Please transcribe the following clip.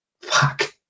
Fuck